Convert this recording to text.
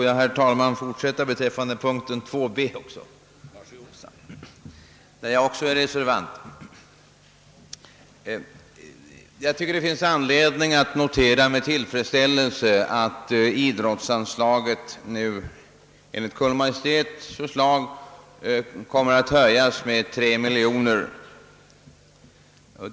Jag tycker att det finns anledning att med tillfredsställelse notera, att idrottsanslaget enligt Kungl. Maj:ts förslag nu kommer att höjas med 3 miljoner kronor.